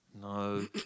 No